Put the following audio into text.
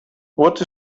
what